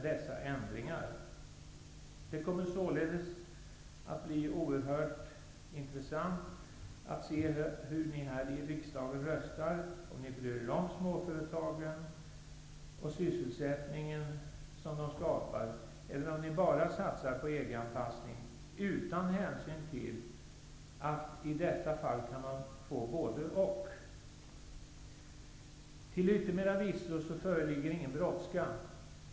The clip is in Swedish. Det kommer således att bli oerhört intressant att se hur ni här i riksdagen röstar, om ni bryr er om småföretagen och den sysselsättning som de skapar eller om ni bara satsar på EG-anpassning utan hänsyn till att vi kan få både och i detta fall. Till yttermera visso föreligger ingen brådska.